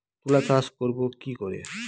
তুলা চাষ করব কি করে?